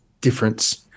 difference